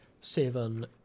seven